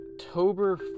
October